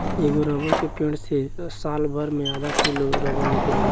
एगो रबर के पेड़ से सालभर मे आधा किलो रबर निकलेला